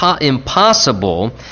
impossible